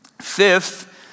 Fifth